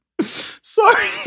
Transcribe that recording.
Sorry